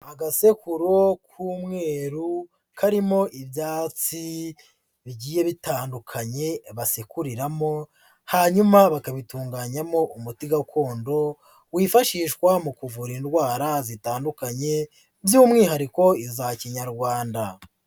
Agasekuru k'umweru karimo ibyatsi bigiye bitandukanye basekuriramo, hanyuma bakabitunganyamo umuti gakondo, wifashishwa mu kuvura indwara zitandukanye by'umwihariko iza Kinyarwanda.